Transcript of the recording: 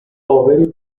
powell